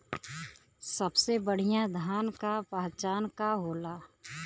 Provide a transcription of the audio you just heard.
सबसे बढ़ियां धान का पहचान का होला?